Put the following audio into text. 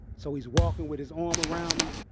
so, he's walking with his arm around me.